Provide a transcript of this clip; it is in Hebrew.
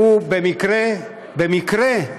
שהוא במקרה במקרה,